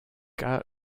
cas